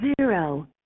zero